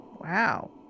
Wow